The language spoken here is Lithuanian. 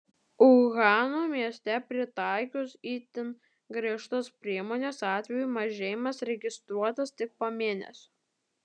uhano mieste pritaikius itin griežtas priemones atvejų mažėjimas registruotas tik po mėnesio